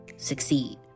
Succeed